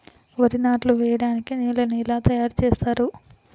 వరి నాట్లు వేయటానికి నేలను ఎలా తయారు చేస్తారు?